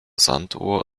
sanduhr